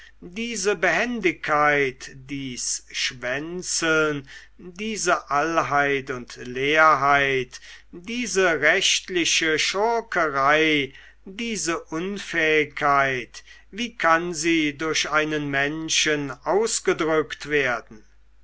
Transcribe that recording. diese behendigkeit dies schwänzeln diese allheit und leerheit diese rechtliche schurkerei diese unfähigkeit wie kann sie durch einen menschen ausgedruckt werden